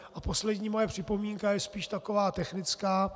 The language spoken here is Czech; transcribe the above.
A poslední moje připomínka je spíš taková technická.